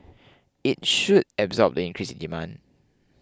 it should absorb the increase in demand